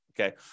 Okay